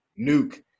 Nuke